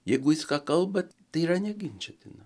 jeigu jis ką kalba tai yra neginčytina